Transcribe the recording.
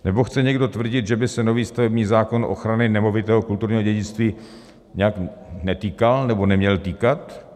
Nebo chce někdo tvrdit, že by se nový stavební zákon ochrany nemovitého kulturního dědictví nějak netýkal nebo neměl týkat?